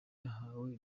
yahawe